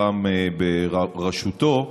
הפעם בראשותו,